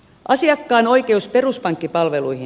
asiakkaan oikeus peruspankkipalveluihin